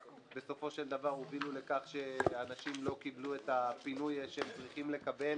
שבסופו של דבר הובילו לכך שאנשים לא קיבלו את הפינוי שהם צריכים לקבל